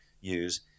use